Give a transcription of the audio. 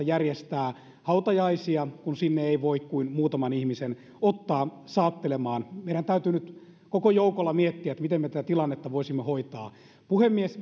järjestää hautajaisia kun sinne ei voi kuin muutaman ihmisen ottaa saattelemaan meidän täytyy nyt koko joukolla miettiä miten me tätä tilannetta voisimme hoitaa puhemies